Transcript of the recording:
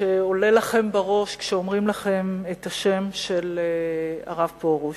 שעולה לכם בראש כשאומרים לכם את השם של הרב פרוש,